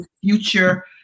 future